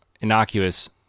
innocuous